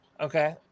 Okay